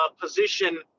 position